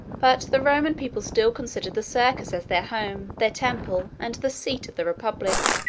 but the roman people still considered the circus as their home, their temple, and the seat of the republic.